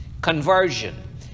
Conversion